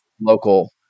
local